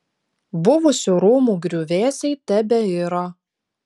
buvusių rūmų griuvėsiai tebeiro